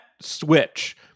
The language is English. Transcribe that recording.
switch